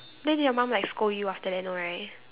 then did your mum like scold you after that no right